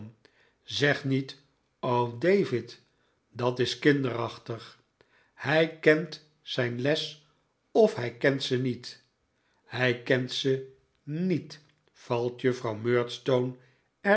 zeg niet o david dat is kinderachtig hij kent zijn les of hij kent ze niet hij kent ze niet valt juffrouw